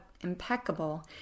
impeccable